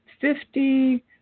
Fifty